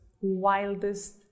wildest